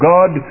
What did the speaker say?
God